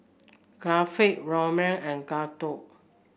Gopinath Ramnath and Gouthu